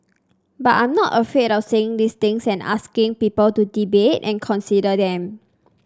but I'm not afraid of saying these things and asking people to debate and consider them